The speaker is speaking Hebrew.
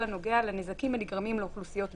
הנוגע לנזקים הנגרמים לאוכלוסיות בזנות,